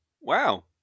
Wow